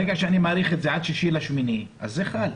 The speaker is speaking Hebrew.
ברגע שאני מאריך את זה עד 6 באוגוסט, אז זה חל.